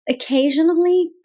occasionally